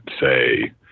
say